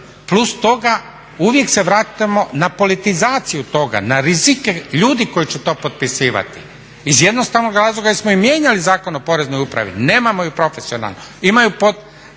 Plus toga, uvijek se vraćamo na politizaciju toga, na rizike ljudi koji će to potpisivati iz jednostavnog razloga jer smo mijenjali Zakon o Poreznoj upravi. Nemamo ju profesionalno.